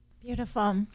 Beautiful